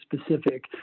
specific